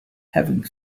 having